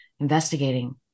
investigating